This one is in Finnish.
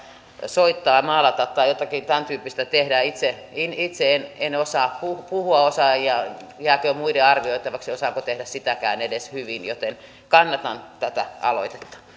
soittaa maalata tai jotakin tämäntyyppistä tehdä itse en en osaa puhua osaan ja jääköön muiden arvioitavaksi osaanko tehdä sitäkään edes hyvin joten kannatan tätä aloitetta